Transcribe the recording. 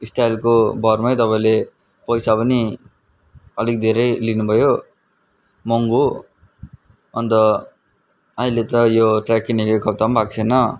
स्टाइलको भरमै तपाईँले पैसा पनि अलिक धेरै लिनुभयो महँगो अन्त अहिले त यो ट्रयाक किनेको एक हप्ता पनि भएको छैन